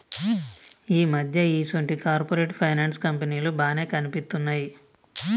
ఈ మధ్య ఈసొంటి కార్పొరేట్ ఫైనాన్స్ కంపెనీలు బానే కనిపిత్తున్నయ్